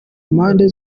mpande